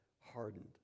hardened